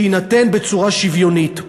שיינתן בצורה שוויונית.